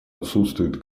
отсутствует